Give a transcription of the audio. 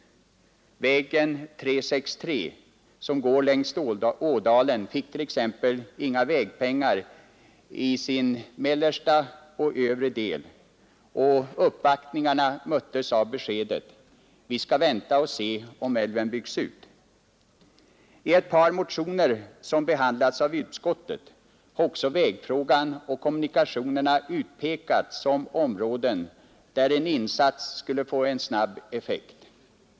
Till väg 363, som går längs ådalen, anslogs t.ex. inga pengar till arbeten i den mellersta och övre delen, och uppvaktningarna möttes av beskedet: Vi skall vänta och se om älven byggs ut. I ett par motioner som behandlats av utskottet har också vägfrågan och kommunikationerna utpekats som områden där en insats skulle få en snabb effekt.